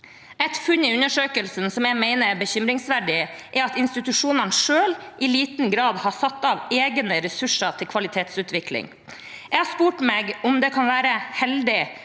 Et funn i undersøkelsen som jeg mener er bekymringsverdig, er at institusjonene selv i liten grad har satt av egne ressurser til kvalitetsutvikling. Jeg har spurt meg om det kan være heldig,